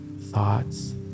thoughts